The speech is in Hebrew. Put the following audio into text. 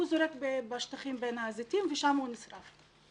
הוא זורק בשטחים בין הזיתים ושם הוא נשרף.